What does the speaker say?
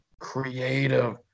creative